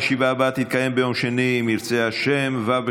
הישיבה הבאה תתקיים ביום שני, אם ירצה השם,